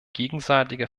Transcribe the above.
gegenseitige